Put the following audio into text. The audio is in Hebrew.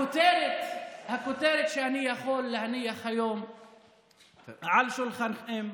הכותרת שאני יכול להניח היום על שולחנכם,